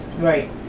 Right